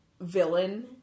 villain